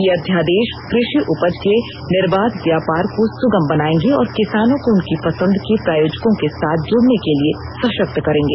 ये अध्यादेश कृषि उपज के निर्बाध व्यापार को सुगम बनायेंगे और किसानों को उनकी पसंद के प्रायोजकों के साथ जुड़ने के लिए सशक्त करेंगे